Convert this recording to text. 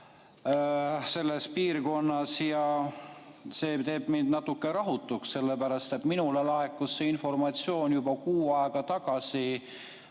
selles piirkonnas sõjaväebaas. See teeb mind natuke rahutuks, sellepärast et minule laekus see informatsioon juba kuu aega tagasi